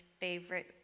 favorite